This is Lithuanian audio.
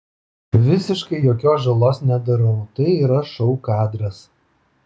visiškai jokios žalos nedarau tai yra šou kadras